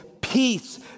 peace